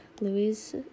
Louis